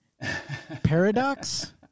paradox